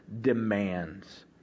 demands